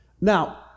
Now